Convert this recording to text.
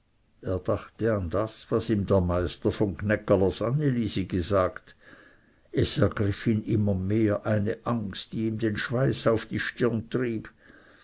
er dachte an das was ihm der meister von gnäggerlers anne lisi gesagt es ergriff ihn immer mehr eine angst die ihm den schweiß auf die stirne trieb